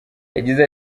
yagize